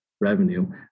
revenue